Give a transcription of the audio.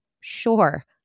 Sure